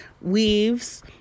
weaves